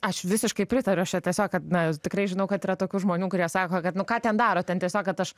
aš visiškai pritariu aš čia tiesiog kad na tikrai žinau kad yra tokių žmonių kurie sako kad nu ką ten daro tie tiesiog kad aš